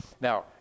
Now